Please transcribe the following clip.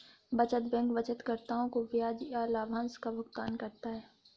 बचत बैंक बचतकर्ताओं को ब्याज या लाभांश का भुगतान करता है